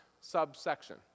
subsection